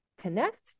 connect